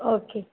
okay